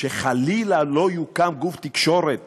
שחלילה לא יוקם גוף תקשורת